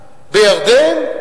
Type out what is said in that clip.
בירדן,